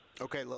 Okay